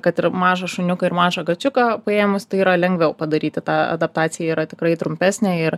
kad ir mažą šuniuką ir mažą kačiuką paėmus tai yra lengviau padaryti tą adaptacija yra tikrai trumpesnė ir